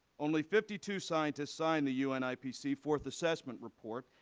only fifty two scientists signed the u n. ipcc fourth assessment report,